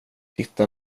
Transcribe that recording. titta